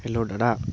hello দাদা